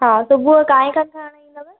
हा सुबुह काएं खनि खणणु ईंदव